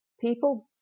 people